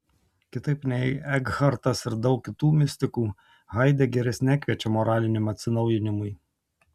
kitaip nei ekhartas ir daug kitų mistikų haidegeris nekviečia moraliniam atsinaujinimui